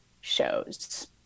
shows